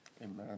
Amen